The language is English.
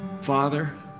Father